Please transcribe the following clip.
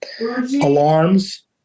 alarms